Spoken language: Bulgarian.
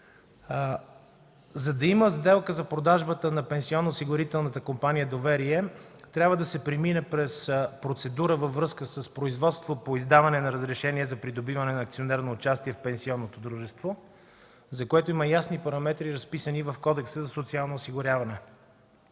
За да има сделка за продажбата на Пенсионноосигурителната компания „Доверие”, трябва да се премине през процедура във връзка с производство по издаване на разрешение за придобиване на акционерно участие в пенсионното дружество, за което има ясни параметри, разписани в Кодекса за социално осигуряване.